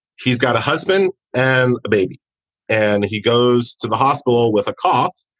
she's got a husband and a baby and he goes to the hospital with a cough.